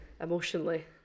emotionally